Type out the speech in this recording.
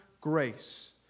grace